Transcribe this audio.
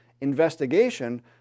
investigation